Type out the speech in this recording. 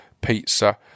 pizza